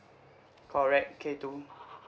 correct K two